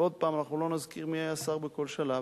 ועוד פעם אנחנו לא נזכיר מי היה שר בכל שלב.